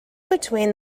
between